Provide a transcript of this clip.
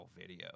video